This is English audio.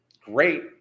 great